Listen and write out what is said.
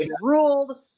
ruled